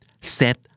set